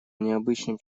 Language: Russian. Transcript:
необычным